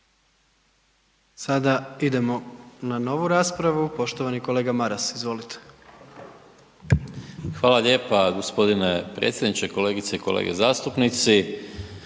Sada idemo na novu raspravu, poštovani kolega Maras. Izvolite. **Maras, Gordan (SDP)** Hvala lijepa. Gospodine predsjedniče, kolegice i kolege zastupnici.